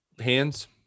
hands